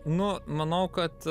nu manau kad